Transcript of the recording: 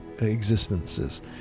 existences